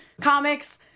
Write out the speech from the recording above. comics